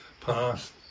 past